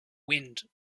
wind